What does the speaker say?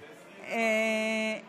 קודם כול תסבירי לנו איך סידרת לבעלך,